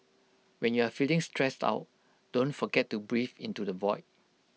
when you are feeling stressed out don't forget to breathe into the void